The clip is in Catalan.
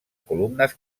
columnes